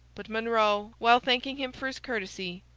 but monro, while thanking him for his courtesy,